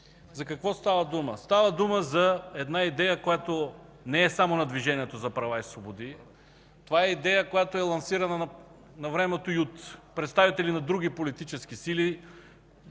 За какво става дума? Става дума за една идея, която не е само на Движението за права и свободи, това е идея, лансирана навремето и от представители на други политически сили,